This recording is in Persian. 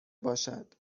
باشد